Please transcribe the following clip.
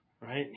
right